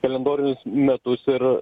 kalendorinius metus ir